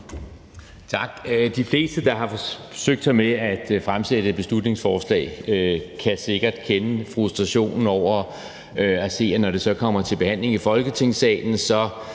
Tak. De fleste, der har forsøgt sig med at fremsætte beslutningsforslag, kan sikkert kende frustrationen over at se, at når det så kommer til behandling i Folketingssalen